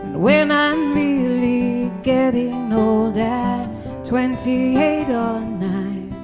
when i'm really getting old and twenty eight or nine